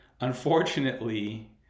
Unfortunately